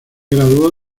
graduó